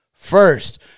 first